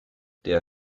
der